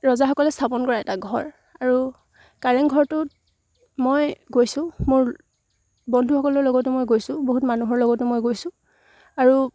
ৰজাসকলে স্থাপন কৰা এটা ঘৰ আৰু কাৰেংঘৰটোত মই গৈছোঁ মোৰ বন্ধুসকলৰ লগতো মই গৈছোঁ বহুত মানুহৰ লগতো মই গৈছোঁ আৰু